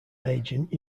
agent